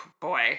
boy